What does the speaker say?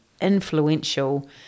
influential